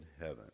heaven